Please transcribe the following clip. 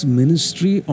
ministry